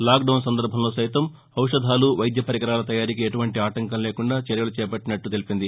lockdown సందర్భంలో సైతం ఔషధాలు వైద్య పరికరాల తయారీకి ఎటువంటి ఆటంకం లేకుండా చర్యలు చేపట్లినట్లు తెలిపింది